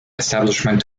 establishment